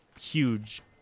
huge